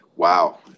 Wow